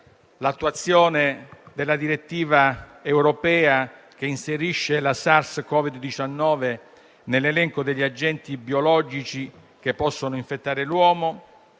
l'attuazione della direttiva europea che inserisce la Sars Covid-19 nell'elenco degli agenti biologici che possono infettare l'uomo;